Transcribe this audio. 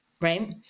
right